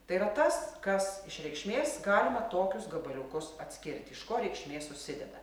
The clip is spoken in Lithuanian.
tai yra tas kas iš reikšmės galima tokius gabaliukus atskirti iš ko reikšmė susideda